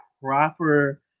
proper